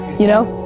you know?